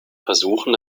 versuchen